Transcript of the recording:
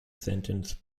sentence